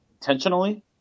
Intentionally